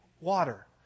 water